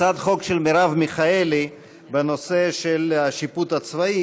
הצעת חוק של מרב מיכאלי בנושא של השיפוט הצבאי